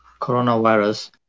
coronavirus